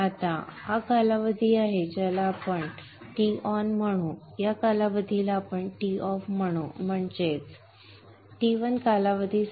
आता हा कालावधी आहे ज्याला आपण Ton म्हणू आणि या कालावधीला आपण Toff म्हणू म्हणजेच T1 कालावधीसाठी